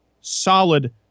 solid